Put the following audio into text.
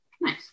Nice